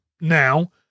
now